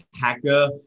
hacker